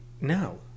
No